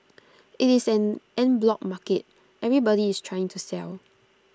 IT is an en bloc market everybody is trying to sell